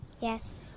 Yes